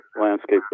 landscape